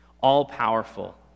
All-powerful